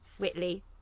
Whitley